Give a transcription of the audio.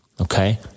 Okay